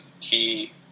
key